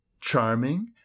charming